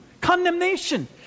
condemnation